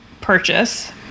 purchase